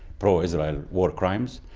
pro-israel war crimes,